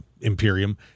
Imperium